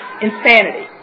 insanity